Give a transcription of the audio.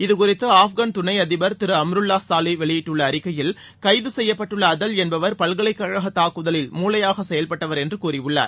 இது குறித்து ஆப்கன் துணை அதிபர் திரு அம்ருல்லா சாலிஹ் வெளியிட்டுள்ள அறிக்கையில் கைது செய்யப்பட்டுள்ள அதல் என்பவர் பல்கலைக்கழக தாக்குதலில் மூளையாக செயல்பட்டவர் என்று கூறியுள்ளார்